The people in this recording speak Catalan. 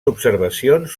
observacions